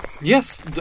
Yes